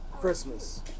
Christmas